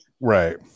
Right